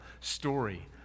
story